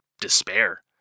despair